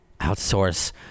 Outsource